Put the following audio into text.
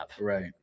Right